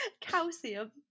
Calcium